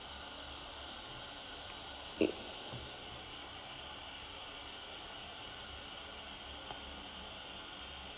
it